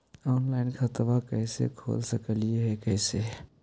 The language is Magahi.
ऑनलाइन खाता कैसे खोल सकली हे कैसे?